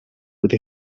with